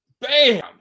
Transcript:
Bam